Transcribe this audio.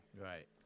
Right